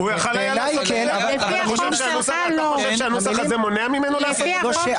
בעיניי כן --- אתה חושב שהנוסח הזה מונע ממנו לעשות את זה?